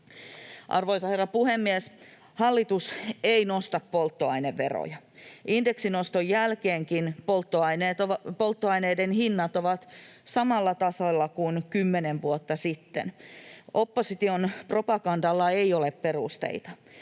Arvoisa herra puhemies! Hallitus ei nosta polttoaineveroja. Indeksinoston jälkeenkin polttoaineiden hinnat ovat samalla tasolla kuin kymmenen vuotta sitten. Opposition propagandalla ei ole perusteita.